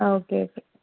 ആ okay okay